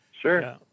Sure